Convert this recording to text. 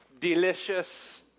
delicious